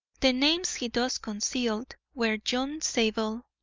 the names he thus concealed were john zabel,